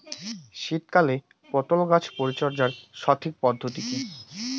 শীতকালে পটল গাছ পরিচর্যার সঠিক পদ্ধতি কী?